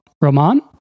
Roman